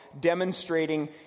demonstrating